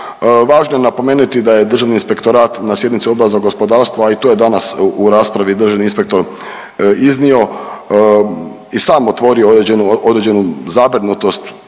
Važno je napomenuti da je državni inspektorat na sjednici Odbora za gospodarstvo, a i to je danas u raspravi državni inspektor iznio i sam otvorio određenu, određenu